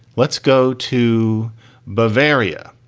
let's go to bavaria.